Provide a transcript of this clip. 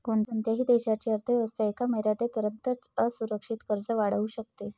कोणत्याही देशाची अर्थ व्यवस्था एका मर्यादेपर्यंतच असुरक्षित कर्ज वाढवू शकते